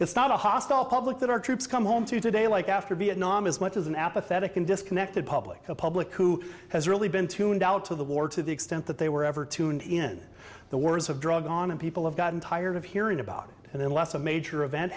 it's not a hostile public that our troops come home to today like after vietnam as much as an apathetic and disconnected public public who has really been tuned out of the war to the extent that they were ever tuned in the words of drugs on and people have gotten tired of hearing about it and then less a major event